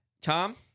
Tom